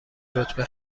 رتبه